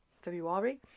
February